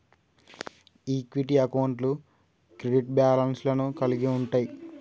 equity అకౌంట్లు credit balance లను కలిగి ఉంటయ్